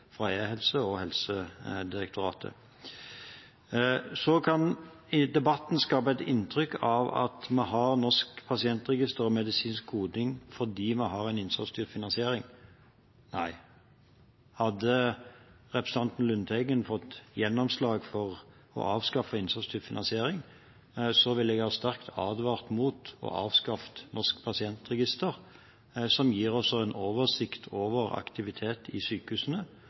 fra Direktoratet for e-helse og Helsedirektoratet. Så kan en i debatten skape et inntrykk av at vi har Norsk pasientregister og medisinsk koding fordi vi har en innsatsstyrt finansiering. Nei. Hadde representanten Lundteigen fått gjennomslag for å avskaffe innsatsstyrt finansiering, ville jeg sterkt ha advart mot å avskaffe Norsk pasientregister, som gir oss en oversikt over aktivitet i sykehusene